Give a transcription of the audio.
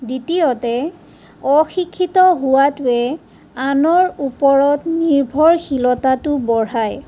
দ্বিতীয়তে অশিক্ষিত হোৱাটোৱে আনৰ ওপৰত হোৱা নিৰ্ভৰশীলতাটো বঢ়ায়